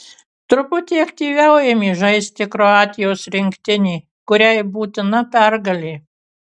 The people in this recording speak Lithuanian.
truputį aktyviau ėmė žaisti kroatijos rinktinė kuriai būtina pergalė